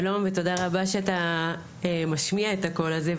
שלום ותודה רבה שאתה משמיע את הקול הזה,